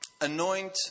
anoint